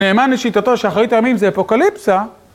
נאמן לשיטתו שאחרית הימים זה אפוקליפסה...